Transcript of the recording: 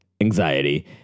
anxiety